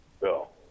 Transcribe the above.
Bill